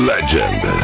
Legend